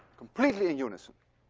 completely in unison.